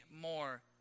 more